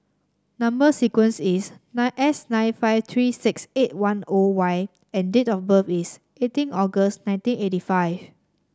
number sequence is nine S nine five three six eight one O Y and date of birth is eighteen August nineteen eighty five